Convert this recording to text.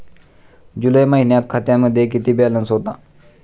जुलै महिन्यात खात्यामध्ये किती बॅलन्स होता?